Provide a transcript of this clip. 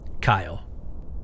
kyle